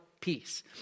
peace